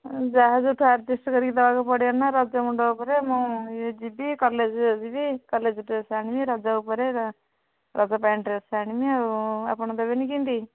ଯାହା ଯେଉଁଠୁ ଆଡ଼ଜଷ୍ଟ କରିକି ଦେବାକୁ ପଡ଼ିବ ନା ରଜ ମୁଣ୍ଡ ଉପରେ ମୁଁ ଇଏ ଯିବି କଲେଜ ଯିବି କଲେଜ ଡ୍ରେସ ଆଣିବି ରଜ ଉପରେ ରଜ ପାଇଁ ଡ୍ରେସ ଆଣିବି ଆଉ ଆପଣ ଦେବେନି କେନ୍ତି